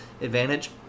advantage